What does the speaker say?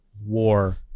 war